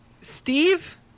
Steve